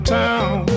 town